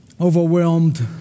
overwhelmed